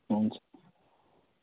हुन्छ